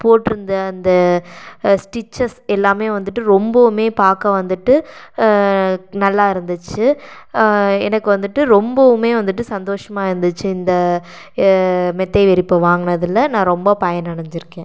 போட்டிருந்த அந்த ஸ்டிச்சஸ் எல்லாமே வந்துட்டு ரொம்பவுமே பார்க்க வந்துட்டு நல்லா இருந்துச்சு எனக்கு வந்துட்டு ரொம்பவும் வந்துட்டு சந்தோஷமாக இருந்துச்சு இந்த மெத்தை விரிப்பு வாங்கினதுல நான் ரொம்ப பயனடைஞ்சுருக்கேன்